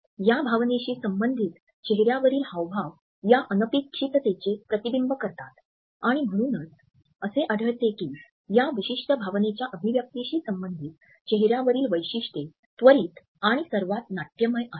या भावनेशी संबंधित चेहऱ्यावरील हावभाव या अनपेक्षिततेचे प्रतिबिंबित करतात आणि म्हणूनच असे आढळते की या विशिष्ट भावनेच्या अभिव्यक्तिशी संबंधित चेहऱ्यावरील वैशिष्ट्ये त्वरित आणि सर्वात नाट्यमय आहेत